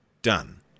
done